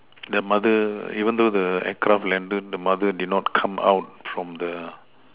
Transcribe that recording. the mother even though the aircraft landed the mother did not come out from the